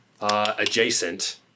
Adjacent